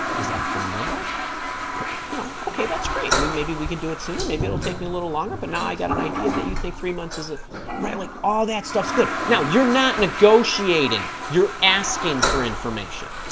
is that a firm number could you know okay that's great maybe we can do it sooner maybe it'll take me a little longer but now i got an idea that you think three months is a right like all that stuff's good now you're not negotiating you're asking for information